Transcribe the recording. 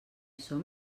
som